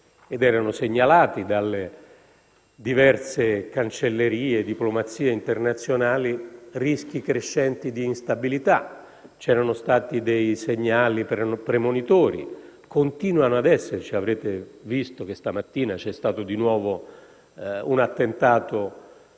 evidenti, segnalati dalle diverse cancellerie e diplomazie internazionali, rischi crescenti di instabilità. C'erano stati dei segnali premonitori, che continuano ad esserci. Avrete visto che questa mattina c'è stato di nuovo un attentato,